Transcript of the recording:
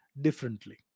differently